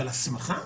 אבל המסכה.